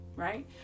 right